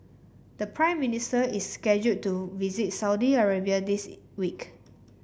the Prime Minister is scheduled to visit Saudi Arabia this week